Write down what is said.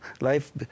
life